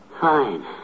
Fine